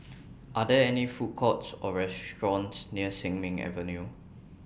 Are There any Food Courts Or restaurants near Sin Ming Avenue